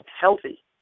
healthy